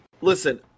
Listen